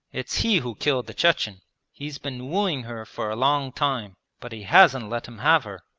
it's he who killed the chechen he has been wooing her for a long time, but he hasn't let him have her.